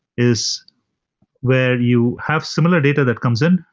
is where you have similar data that comes in,